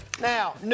now